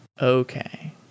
Okay